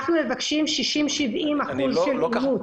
אנחנו מבקשים 70% אימוץ.